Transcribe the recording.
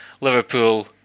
Liverpool